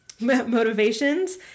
motivations